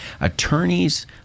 attorneys